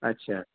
اچھا